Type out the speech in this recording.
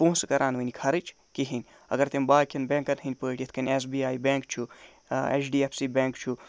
پونسہٕ کران ؤنۍ خرٕچ کِہیٖنۍ اَگر تِم باقٮ۪ن بٮ۪کَن ہِندۍ پٲٹھۍ یِتھ کٔنۍ ایس بی آیی بٮ۪نک چھُ H D F C bank چھُ